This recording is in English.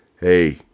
hey